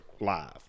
live